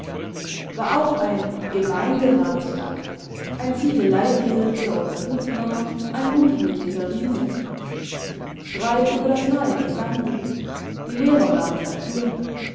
war auch ein gemeinderat da ein ziegeleibesitzer und hufner ein gutmütiger riese streit über das neue gesangbuch die lehrer waren dafür